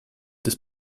this